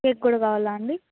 cake కూడా కావాలా అండి